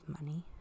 money